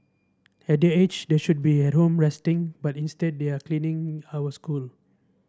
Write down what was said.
at their age they should be at home resting but instead they are cleaning our school